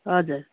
हजुर